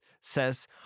says